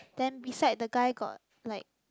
then beside the guy got like